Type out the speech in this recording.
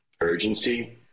urgency